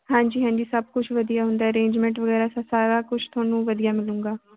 ਹਾਂਜੀ ਹਾਂਜੀ ਸਭ ਕੁਛ ਵਧੀਆ ਹੁੰਦਾ ਅਰੇਜਮੈਂਟ ਵਗੈਰਾ ਸਾਰਾ ਕੁਛ ਤੁਹਾਨੂੰ ਵਧੀਆ ਮਿਲੂਗਾ